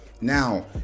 Now